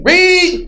Read